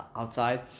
outside